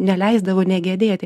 neleisdavo negedėti